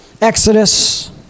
Exodus